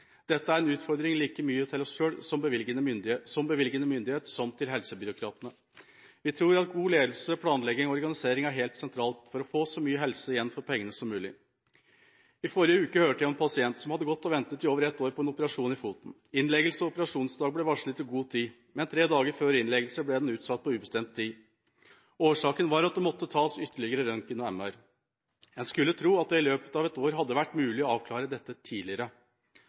Dette er en utfordring like mye til oss selv som bevilgende myndighet som til helsebyråkratene. Vi tror at god ledelse, planlegging og organisering er helt sentralt for å få så mye helse igjen for pengene som mulig. I forrige uke hørte jeg om en pasient som hadde gått og ventet i over ett år på en operasjon i foten. Innleggelse og operasjonsdag ble varslet i god tid, men tre dager før innleggelse ble operasjonen utsatt på ubestemt tid. Årsaken var at det måtte tas ytterligere røntgen og MR. Man skulle tro at det hadde vært mulig å avklare dette tidligere.